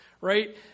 right